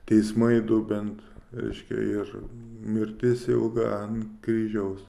teismai du bent reiškia jėzau mirtis ilga ant kryžiaus